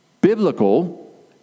Biblical